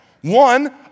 One